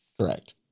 Correct